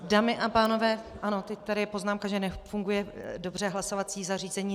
Dámy a pánové, ano, teď tady je poznámka, že nefunguje dobře hlasovací zařízení.